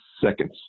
seconds